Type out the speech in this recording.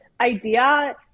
idea